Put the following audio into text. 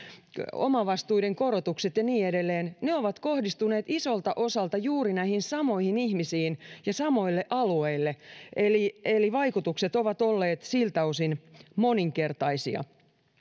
omavastuiden korotukset ja niin edelleen ovat kohdistuneet isolta osalta juuri näihin samoihin ihmisiin ja samoille alueille eli eli vaikutukset ovat olleet siltä osin moninkertaisia